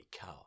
cow